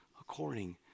according